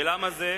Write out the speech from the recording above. ולמה זה?